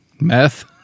Meth